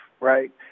right